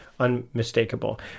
unmistakable